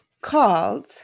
called